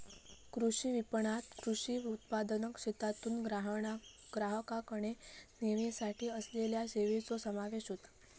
कृषी विपणणात कृषी उत्पादनाक शेतातून ग्राहकाकडे नेवसाठी असलेल्या सेवांचो समावेश होता